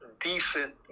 decent